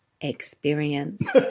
experienced